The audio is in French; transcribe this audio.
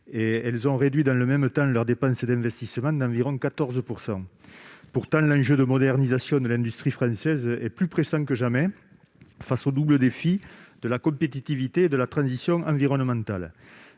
Elles ont réduit dans le même temps leurs dépenses d'investissement d'environ 14 %. Pourtant, l'enjeu de modernisation de l'industrie française est plus pressant que jamais face au double défi de la compétitivité et de la transition environnementale.